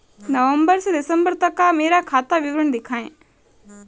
नवंबर से दिसंबर तक का मेरा खाता विवरण दिखाएं?